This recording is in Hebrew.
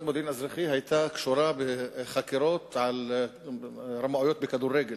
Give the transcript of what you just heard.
חברת "מודיעין אזרחי" היתה קשורה לחקירות על רמאויות בכדורגל,